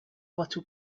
little